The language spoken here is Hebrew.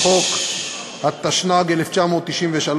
עברתי נושא.